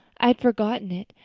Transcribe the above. i'd forgotten it,